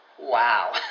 wow